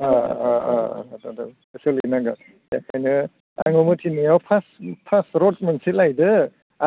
सोलिनांगोन बेखायनो आं लुनो थिननायाव फार्स्ट फार्स्ट रड मोनसे लायदो